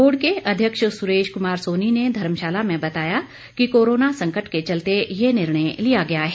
board के अध्यक्ष सुरेश कुमार सोनी ने धर्मशाला में बताया कि कोरोना संकट के चलते ये निर्णय लिया गया है